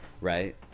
right